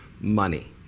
money